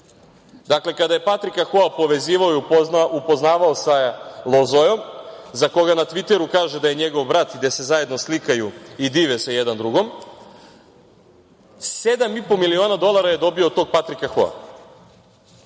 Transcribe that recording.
Dakle, kada je Patrika Hoa povezivao i upoznavao sa Lozojom, za koga na Tviteru kaže da je njegov brat i da se zajedno slikaju i dive se jedan drugom, sedam i po miliona dolara je dobio od tog Patrika Hoa. Kada